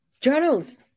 journals